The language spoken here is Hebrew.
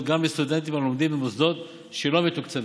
גם לסטודנטים הלומדים במוסדות שלא מתוקצבים,